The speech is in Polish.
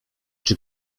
czy